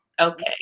Okay